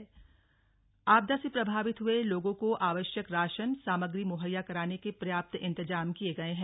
आपदा राहत जारी आपदा से प्रभावित हुए लोगों को आवश्यक राशन सामग्री मुहैया कराने के पर्याप्त इंतेजाम किए गए हैं